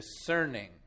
discerning